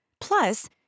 Plus